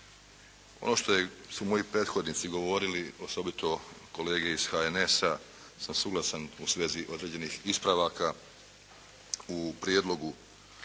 Ono što su moji prethodnici govorili, osobito kolege iz HNS-a, sam suglasan u svezi određenih ispravaka u prijedlogu